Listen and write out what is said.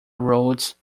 roads